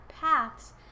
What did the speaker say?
paths